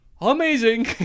amazing